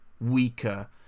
weaker